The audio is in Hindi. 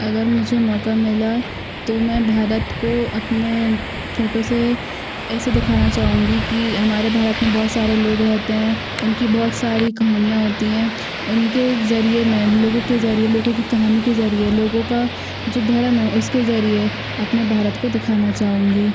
अगर मुझे मौका मिला तो मैं भारत को अपने फोटो से ऐसे दिखाना चाहूँगी कि हमारे भारत में बहुत सारे लोग रहते हैं उनकी बहुत सारी कहानियाँ होती हैं उनके ज़रिये मैं लोगों के ज़रिये लोगों की कहानी के ज़रिये लोगो का जो धर्म है उसके ज़रिये अपने भारत को दिखाना चाहूँगी